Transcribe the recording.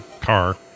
car